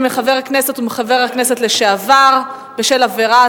מחבר הכנסת ומחבר הכנסת לשעבר בשל עבירה,